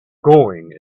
going